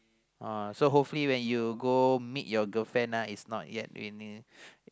uh oh so hopefully when you go meet your girlfriend it's not yet raining